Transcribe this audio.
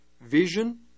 Vision